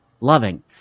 loving